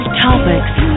topics